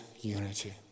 unity